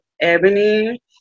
Ebony